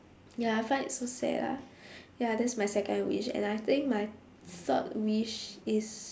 ya I find it so sad lah ya that's my second wish and I think my third wish is